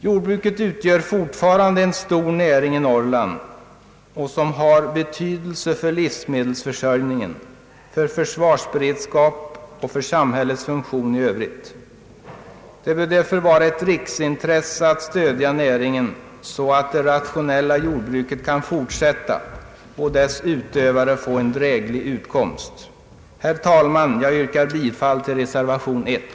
Jordbruket utgör fortfarande en stor näring i Norrland och har betydelse för livsmedelsförsörjningen, försvarsberedskapen och samhällets funktion i Öövrigt. Det bör därför vara ett riksintresse att stödja näringen så att det rationella jordbruket kan fortsätta och dess utövare få en dräglig utkomst. Herr talman! Jag yrkar bifall till reservationen.